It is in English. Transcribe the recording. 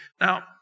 Now